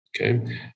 okay